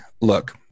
Look